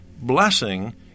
Blessing